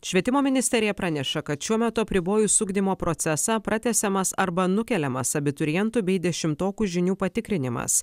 švietimo ministerija praneša kad šiuo metu apribojus ugdymo procesą pratęsiamas arba nukeliamas abiturientų bei dešimtokų žinių patikrinimas